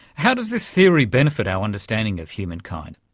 how does this theory benefit our understanding of humankind?